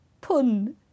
pun